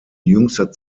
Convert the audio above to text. jüngster